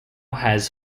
has